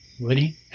Woody